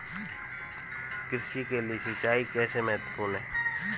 कृषि के लिए सिंचाई कैसे महत्वपूर्ण है?